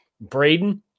Braden